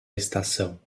estação